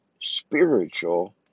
spiritual